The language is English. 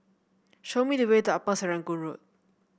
show me the way to Upper Serangoon Road